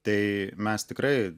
tai mes tikrai